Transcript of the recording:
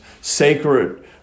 sacred